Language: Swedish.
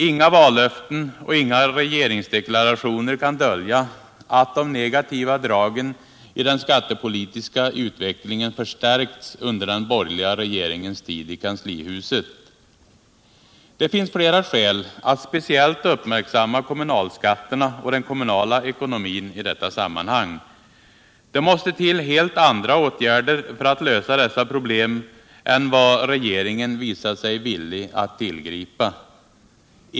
Inga vallöften och inga regeringsdeklarationer kan dölja att de negativa dragen i den skattepolitiska utvecklingen förstärkts under den borgerliga regeringens tid i kanslihuset. Det finns flera skäl att speciellt uppmärksamma kommunalskatterna och den kommunala ekonomin i detta sammanhang. Det måste till helt andra åtgärder för att lösa dessa problem än vad regeringen visat sig villig att tillgripa.